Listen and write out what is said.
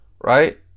Right